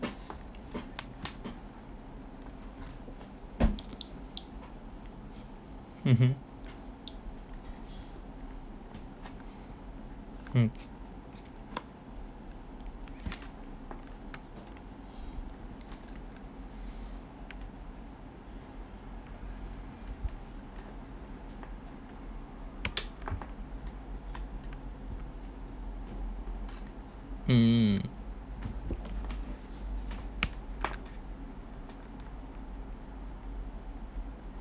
mmhmm mm hmm